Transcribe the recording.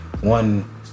one